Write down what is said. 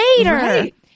later